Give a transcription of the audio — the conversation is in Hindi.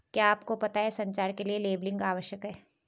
क्या आपको पता है संचार के लिए लेबलिंग आवश्यक है?